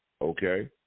Okay